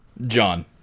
John